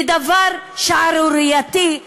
ודבר שערורייתי,